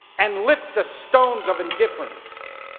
and lift the stones of indifference